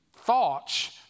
thoughts